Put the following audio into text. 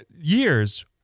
years